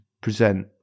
present